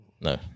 No